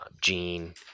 Gene